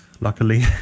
luckily